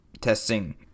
testing